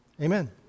Amen